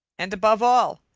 and above all,